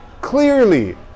clearly